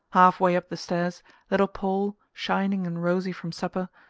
half way up the stairs little paul, shining and rosy from supper,